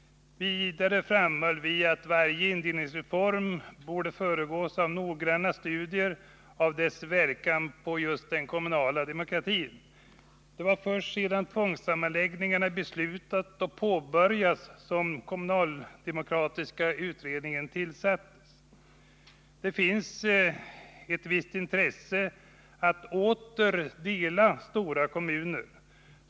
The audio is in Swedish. Vidare framhöll vi att varje indelningsreform borde föregås av noggranna studier av dess verkan på just den kommunala demokratin. Det var först sedan tvångssammanläggningarna beslutats och påbörjats som kommunaldemokratiska utredningen tillsattes. Det finns ett visst intresse att åter dela stora kommuner.